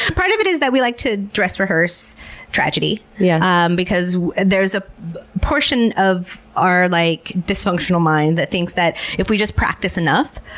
part of it is that we like to dress-rehearse tragedy, yeah um because there's a portion of our like dysfunctional mind that thinks that if we just practice enough,